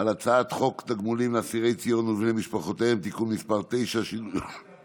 על הצעת חוק תגמולים לאסירי ציון ולבני משפחותיהם (תיקון מס' 9)